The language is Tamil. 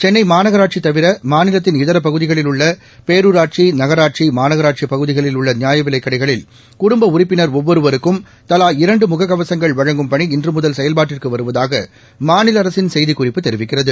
சென்னை மாநகராட்சி தவிர மாநிலத்தின் இதர பகுதிகளில் உள்ள பேரூராட்சி நகராட்சி மாநகராட்சிப் பகுதிகளில் உள்ள நிபாயவிலைக் கடைகளில் குடும்ப உறுப்பினர் ஒவ்வொருவருக்கும் தலா இரண்டு முகக்கவகங்கள் வழங்கும் பணி இன்று முதல் செயல்பாட்டுக்கு வருவதாக மாநில அரசின் செய்திக்குறிப்பு தெரிவிக்கிறது